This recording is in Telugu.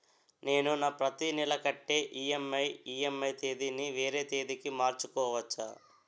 నేను నా ప్రతి నెల కట్టే ఈ.ఎం.ఐ ఈ.ఎం.ఐ తేదీ ని వేరే తేదీ కి మార్చుకోవచ్చా?